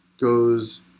goes